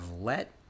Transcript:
let